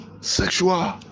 sexual